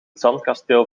zandkasteel